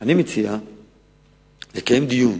אני מציע לקיים דיון